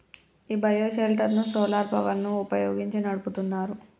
ఈ bio shelter ను solar power ని వుపయోగించి నడుపుతున్నారు